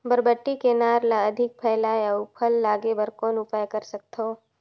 बरबट्टी के नार ल अधिक फैलाय अउ फल लागे बर कौन उपाय कर सकथव?